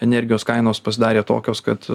energijos kainos pasidarė tokios kad